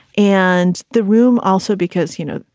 and the room also because you know,